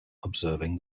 observing